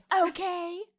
Okay